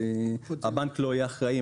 הבנק לא יהיה אחראי,